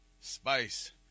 spice